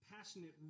passionate